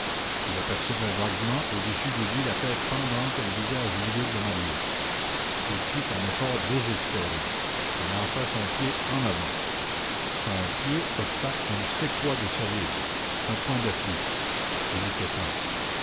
il apercevait vaguement au-dessus de lui la tête pendante et le visage livide de marius il fit un effort désespéré et lança son pied en avant son pied heurta on ne sait quoi de solide un point d'appui il était temps